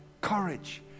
courage